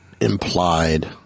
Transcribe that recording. implied